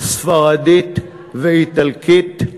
ספרדית ואיטלקית,